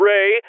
Ray